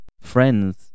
friends